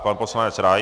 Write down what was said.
Pan poslanec Rais.